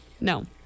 No